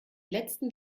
letzten